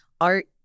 art